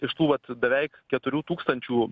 iš tų vat beveik keturių tūkstančių